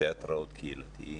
תיאטראות קהילתיים,